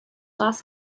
last